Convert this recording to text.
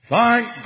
Thank